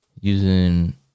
Using